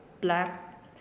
black